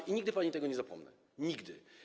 I nigdy pani tego nie zapomnę, nigdy.